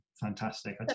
fantastic